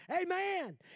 Amen